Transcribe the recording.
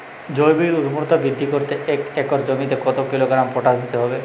জমির ঊর্বরতা বৃদ্ধি করতে এক একর জমিতে কত কিলোগ্রাম পটাশ দিতে হবে?